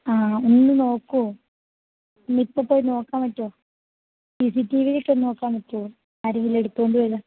ആ ഒന്നു നോക്കുമോ ഒന്നിപ്പോള് പോയി നോക്കാൻ പറ്റുമോ സി സി ടീ വിയിലൊക്കെയൊന്ന് നോക്കാൻ പറ്റുമോ ആരെങ്കിലും എടുത്തുകൊണ്ട് പോയോയെന്ന്